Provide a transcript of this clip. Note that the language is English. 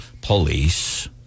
Police